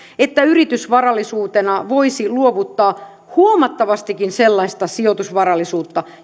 että yritysvarallisuutena voisi luovuttaa huomattavastikin sellaista sijoitusvarallisuutta